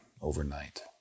overnight